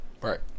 Right